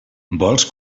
vols